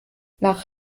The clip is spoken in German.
nach